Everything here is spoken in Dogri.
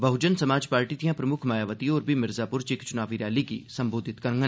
बह्जन समाज पार्टी दिआं प्रमुक्ख मायावती बी मिर्जापुर इच इक चुनावी रैली गी सम्बोधित करगन